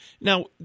Now